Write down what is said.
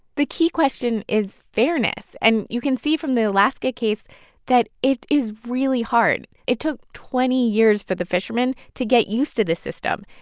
the key question is fairness. and you can see from the alaska case that it is really hard. it took twenty years for the fishermen to get used to this system.